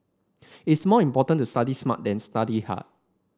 it's more important to study smart than study hard